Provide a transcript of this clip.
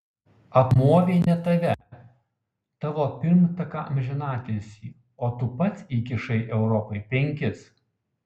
apmovė ne tave tavo pirmtaką amžinatilsį o tu pats įkišai europai penkis